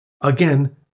Again